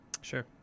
sure